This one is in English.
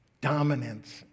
dominance